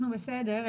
אנחנו בסדר.